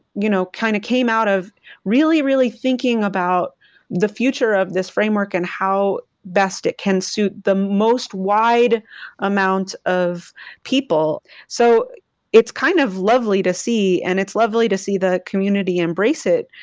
you know, kind of came out of really really thinking about the future of this framework and how best it can suit the most wide amount of people so it's kind of lovely to see and it's lovely to see the community embrace it,